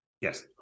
Yes